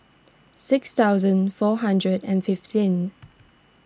six thousand four hundred and fifteen